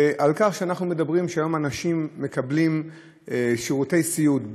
ועל כך שהיום אנשים מקבלים שירותי סיעוד,